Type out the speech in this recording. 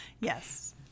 Yes